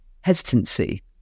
hesitancy